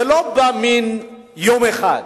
זה לא בא ביום אחד,